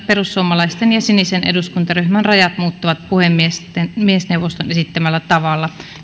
perussuomalaisten ja sinisen eduskuntaryhmän rajat muuttuvat puhemiesneuvoston esittämällä tavalla